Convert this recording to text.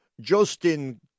justin